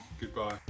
Goodbye